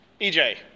EJ